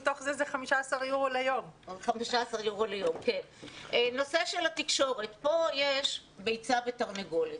בנושא של התקשורת יש ביצה ותרנגולת.